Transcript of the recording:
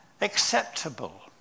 acceptable